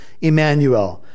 Emmanuel